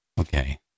Okay